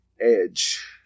Edge